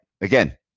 again